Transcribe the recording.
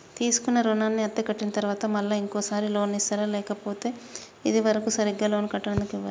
తీసుకున్న రుణాన్ని అత్తే కట్టిన తరువాత మళ్ళా ఇంకో సారి లోన్ ఇస్తారా లేక ఇది వరకు సరిగ్గా లోన్ కట్టనందుకు ఇవ్వరా?